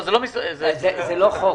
זה לא חוק.